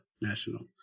national